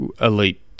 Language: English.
elite